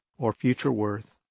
or future worth,